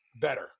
better